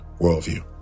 worldview